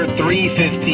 3.15